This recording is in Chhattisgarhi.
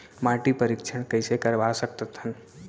माटी परीक्षण कइसे करवा सकत हन?